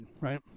right